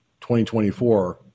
2024